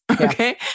okay